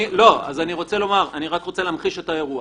אני רק רוצה להמחיש את האירוע.